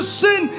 sin